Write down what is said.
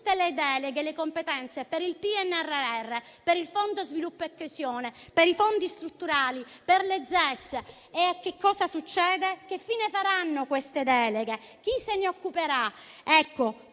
tutte le deleghe e le competenze per il PNRR, per il Fondo sviluppo e coesione, per i fondi strutturali, per le ZES, e che cosa succede? Che fine faranno queste deleghe? Chi se ne occuperà?